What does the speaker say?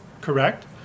correct